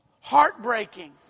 heartbreaking